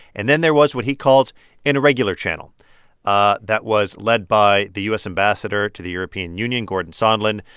and then there was what he calls an irregular channel ah that was led by the u s. ambassador to the european union, gordon sondland,